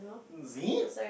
zip